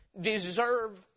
deserve